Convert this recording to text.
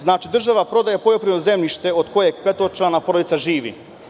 Znači, država prodaje poljoprivredno zemljište od kojeg petočlana porodica živi.